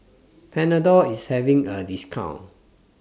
Panadol IS having A discount